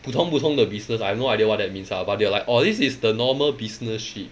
普通普通的 business I've no idea what that means ah but they are like orh this is the normal business shit